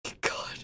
God